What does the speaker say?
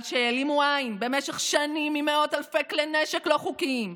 על שהעלימו עין במשך שנים ממאות אלפי כלי נשק לא חוקיים,